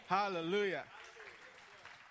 hallelujah